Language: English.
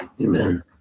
Amen